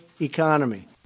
economy